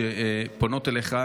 שפונות אליך,